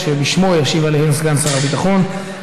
הביטחון,